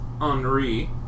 Henri